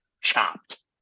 chopped